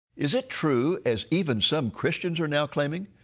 is it true, as even some christians are now claiming,